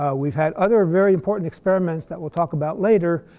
we've had other very important experiments, that we'll talk about later,